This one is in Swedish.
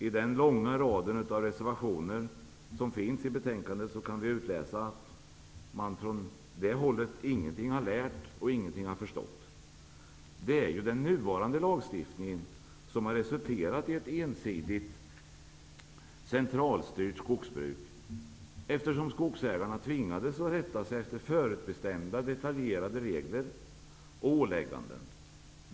I den långa raden av reservationer som finns till betänkandet kan vi utläsa att man från det hållet ingenting har lärt och ingenting förstått. Det är ju den nuvarande lagstiftningen som har resulterat i ett ensidigt centralstyrt skogsbruk, eftersom skogsägarna tvingades att rätta sig efter förutbestämda detaljerade regler och ålägganden.